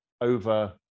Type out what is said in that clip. over